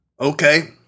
Okay